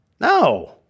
No